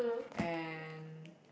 and